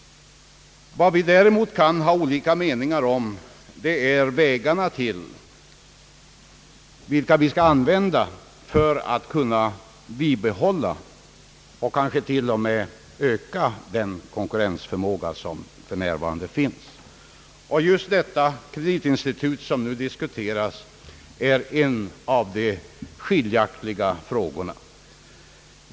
Vad vi däremot kan ha olika mening ar om är vilka vägar vi skall använda för att kunna bibehålla eller kanske t.o.m. öka den konkurrensförmåga, som för närvarande finns. Det kreditinstitut, som nu diskuteras, är en av de skiljande frågorna.